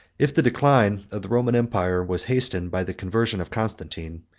if the decline of the roman empire was hastened by the conversion of constantine,